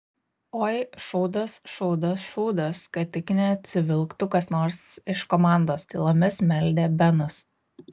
oi šūdas šūdas šūdas kad tik neatsivilktų kas nors iš komandos tylomis meldė benas